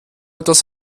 etwas